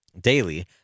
daily